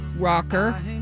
rocker